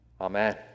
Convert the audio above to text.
amen